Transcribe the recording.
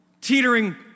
Teetering